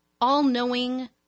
all-knowing